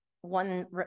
one